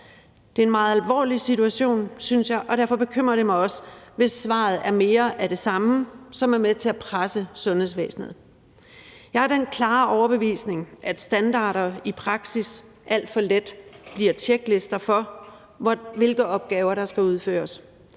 Det er en meget alvorlig situation, synes jeg, og derfor bekymrer det mig også, hvis svaret er mere af det samme, som er med til at presse sundhedsvæsenet. Jeg er af den klare overbevisning, at standarder i praksis alt for let bliver tjeklister for, hvilke opgaver der skal udføres,